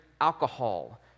alcohol